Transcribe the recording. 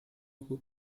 who